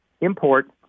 import